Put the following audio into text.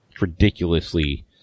ridiculously